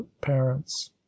parents